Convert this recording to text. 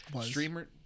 Streamer